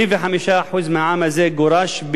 85% מהעם הזה גורשו